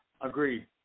agreed